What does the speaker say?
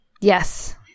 Yes